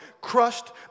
crushed